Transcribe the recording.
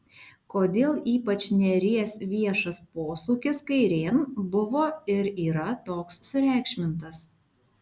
kodėl ypač nėries viešas posūkis kairėn buvo ir yra toks sureikšmintas